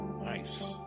nice